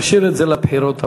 תשאיר את זה לבחירות הבאות.